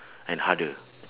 and harder